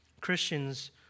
Christians